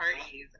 parties